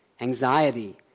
anxiety